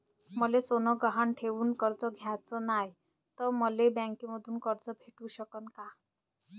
मले सोनं गहान ठेवून कर्ज घ्याचं नाय, त मले बँकेमधून कर्ज भेटू शकन का?